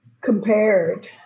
compared